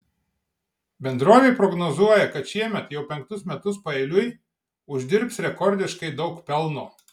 bendrovė prognozuoja kad šiemet jau penktus metus paeiliui uždirbs rekordiškai daug pelno